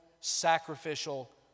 sacrificial